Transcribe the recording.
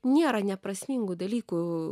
nėra neprasmingų dalykų